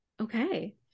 okay